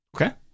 Okay